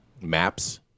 maps